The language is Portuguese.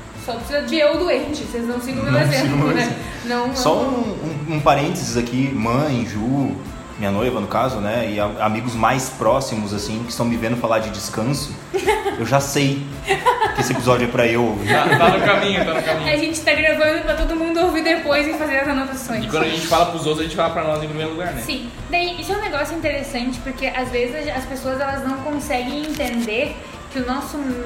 Só precisa de eu doente, vocês não sigam meu Não exemplo, sigam meu né? exemplo. Não, não. Só um- um- um parênteses aqui, mãe, Ju, minha noiva, no caso, né, e am- amigos mais próximos, assim, que estão me vendo falar de descanso, eu já sei que esse episódio é pra eu ouvir. Tá- tá no caminho, tá no caminho. A gente tá gravando pra todo mundo ouvir depois e fazer as anotações. E quando a gente fala pros outros, a gente fala pra nós em primeiro lugar, né? Sim. Bem, isso é um negócio interessante, porque às vezes as pessoas, elas não conseguem entender que o nosso-